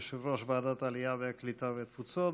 יושב-ראש ועדת העלייה והקליטה והתפוצות,